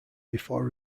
before